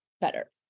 better